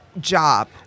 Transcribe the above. job